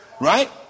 right